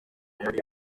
yari